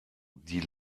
die